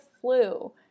flu